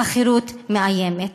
החירות מאיימת.